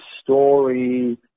story